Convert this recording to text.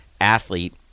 athlete